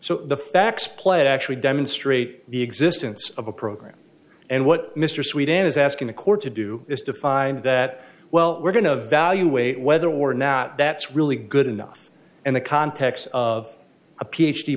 so the facts play actually demonstrate the existence of a program and what mr sweden is asking the court to do is to find that well we're going to evaluate whether or not that's really good enough in the context of a p